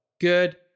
good